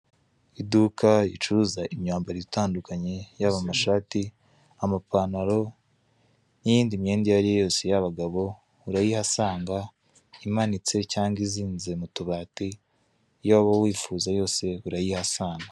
Iduka ricuruza imyambaro itandukanye yaba amashati, amapantaro n'iyindi myenda iyo ari yo yose y'abagabo urayihasanga imanitse cyangwa izinze mu tubati iyo wab wifuza yose urayihasanga.